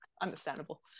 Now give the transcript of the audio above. Understandable